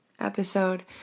episode